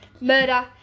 murder